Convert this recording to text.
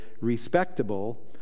respectable